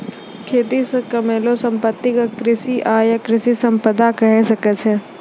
खेती से कमैलो संपत्ति क कृषि आय या कृषि संपदा कहे सकै छो